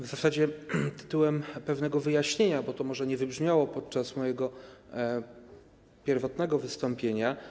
W zasadzie tytułem pewnego wyjaśnienia, bo to może nie wybrzmiało podczas mojego pierwotnego wystąpienia.